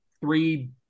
three